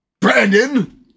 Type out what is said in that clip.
Brandon